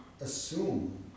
assume